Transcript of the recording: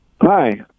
Hi